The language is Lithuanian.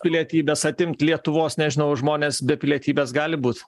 pilietybės atimt lietuvos nežinau žmonės be pilietybės gali būt